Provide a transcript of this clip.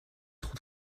goed